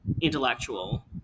Intellectual